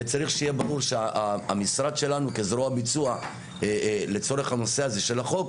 צריך שיהיה ברור שהמשרד שלנו כזרוע ביצוע לצורך הנושא הזה של החוק,